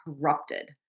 corrupted